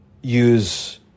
use